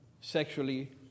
sexually